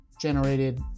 generated